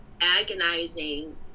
agonizing